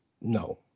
no